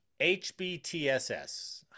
HBTSS